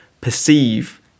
perceive